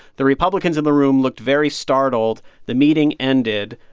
the republicans in the room looked very startled. the meeting ended.